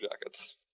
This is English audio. Jackets